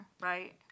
right